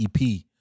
EP